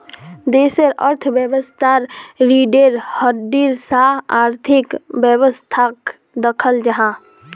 देशेर अर्थवैवास्थार रिढ़ेर हड्डीर सा आर्थिक वैवास्थाक दख़ल जाहा